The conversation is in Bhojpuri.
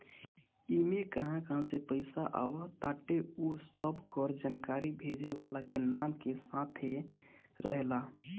इमे कहां कहां से पईसा आवताटे उ सबकर जानकारी भेजे वाला के नाम के साथे रहेला